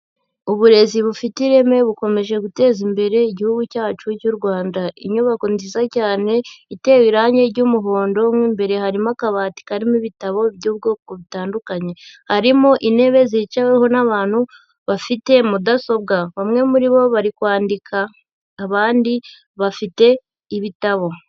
Uburezi bufite ireme bukomeje guteza imbere igihugu cyacu cy'u Rwanda. Inyubako nziza cyane itewe irangi ry'umuhondo, mo imbere harimo akabati karimo ibitabo by'ubwoko butandukanye. Harimo intebe zicaweho n'abantu bafite mudasobwa. Bamwe muri bo bari kwandika, abandi bafite ibitabo.